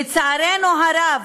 לצערנו הרב,